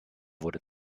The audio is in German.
wurde